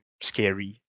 scary